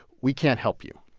we can't help you.